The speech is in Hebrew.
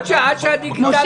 שהדיגיטציה